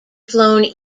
flown